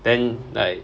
then like